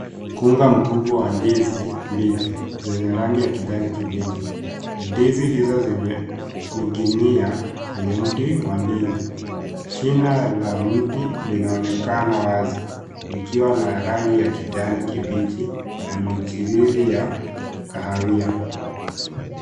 Mkunga mkubwa wa ndizi mbichi zenye rangi ya kijani kibichi. Ndizi hizo zimening'inia kwenye mti wa ndizi. Shina la mti linaonekana wazi likiwa na rangi ya kijani kibichi na michirizi ya kahawia.